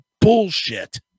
bullshit